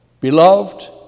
Beloved